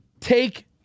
take –